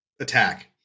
attack